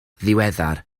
ddiweddar